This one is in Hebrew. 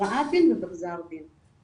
בהכרעת הדין ובגזר הדין.